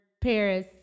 Paris